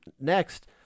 Next